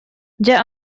дьэ